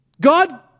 god